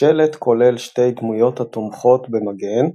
השלט כולל שתי דמויות התומכות במגן,